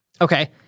Okay